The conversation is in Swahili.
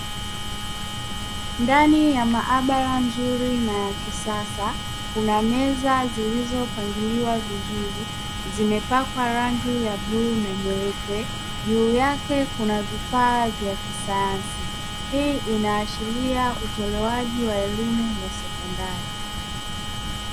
Ndani ya maabara nzuri na ya kisasa kuna meza zilizopangiliwa vizuri zimepakwa rangi ya bluu na nyeupe, juu yake kuna vifaa vya kisayansi hii inaashiria utolewaji wa elimu ya sekondari.